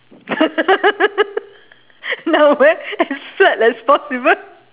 now wear as flat as possible